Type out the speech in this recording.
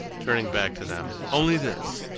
turning back to them, only this,